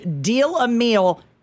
deal-a-meal